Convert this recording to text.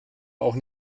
auch